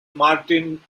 martin